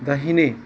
दाहिने